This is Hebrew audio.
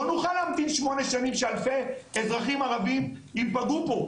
לא נוכל להמתין שמונה שנים שאלפי אזרחים ערבים ייפגעו פה.